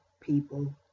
people